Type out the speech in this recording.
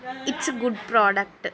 it's good product